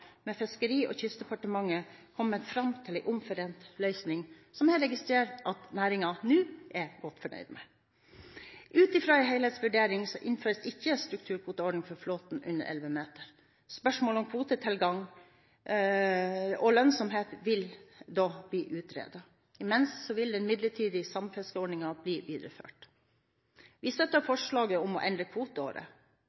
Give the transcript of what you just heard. med Fiskeri- og kystdepartementet kommet fram til en omforent løsning, som jeg registrerer at næringen nå er godt fornøyd med. Ut fra en helhetsvurdering innføres ikke strukturkvoteordning for flåten under 11 meter. Spørsmålet om kvotetilgang og lønnsomhet vil bli utredet. Imens vil den midlertidige samfiskeordningen bli videreført. Vi støtter